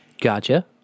Gotcha